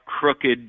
crooked